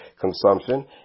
consumption